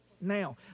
now